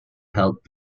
helped